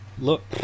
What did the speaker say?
Look